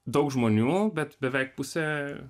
daug žmonių bet beveik pusė